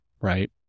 right